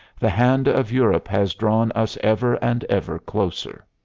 the hand of europe has drawn us ever and ever closer.